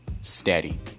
steady